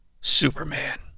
Superman